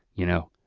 you know,